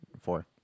four